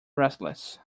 restless